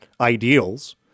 ideals